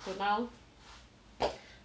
for now